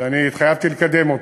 שאני התחייבתי לקדם.